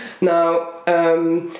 Now